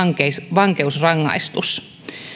vankeusrangaistus